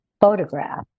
photograph